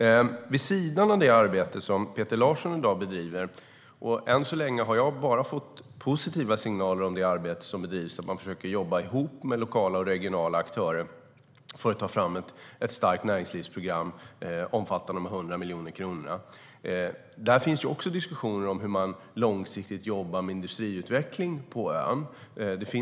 Vid sidan av det arbete som Peter Larsson i dag bedriver och som jag än så länge bara har fått positiva signaler om försöker man jobba ihop med lokala och regionala aktörer för att ta fram ett starkt näringslivsprogram som omfattar de 100 miljoner kronorna. Där finns diskussioner om hur man långsiktigt jobbar med industriutveckling på ön.